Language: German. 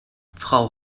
frau